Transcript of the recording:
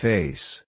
Face